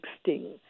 Sting